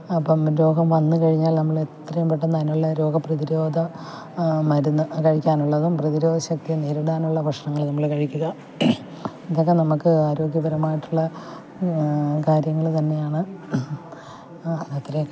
അപ്പം രോഗം വന്നു കഴിഞ്ഞാൽ നമ്മൾ എത്രയും പെട്ടെന്ന് അതിനുള്ള രോഗപ്രതിരോധ മരുന്ന് കഴിക്കാനുള്ളതും പ്രതിരോധശക്തി നേരിടാനുള്ള ഭക്ഷണങ്ങൾ നിങ്ങൾ കഴിക്കുക ഇതൊക്കെ നമുക്ക് ആരോഗ്യപരമായിട്ടുള്ള കാര്യങ്ങൾ തന്നെയാണ് അത്രയേ